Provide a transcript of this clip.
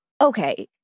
Okay